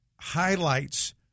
highlights